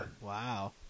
Wow